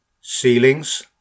ceilings